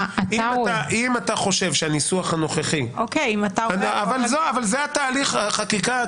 אם אתה חושב שהניסוח הנוכחי --- אם אתה רואה --- זה תהליך החקיקה,